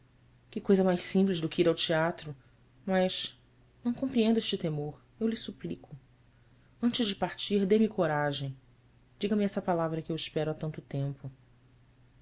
que coisa mais simples do que ir ao teatro mas não compreendo este temor eu lhe suplico antes de partir dê-me coragem diga-me essa palavra que eu espero há tanto tempo